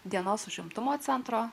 dienos užimtumo centro